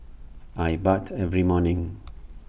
I bathe every morning